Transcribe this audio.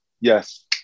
Yes